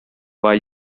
why